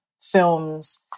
films